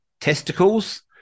testicles